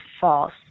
false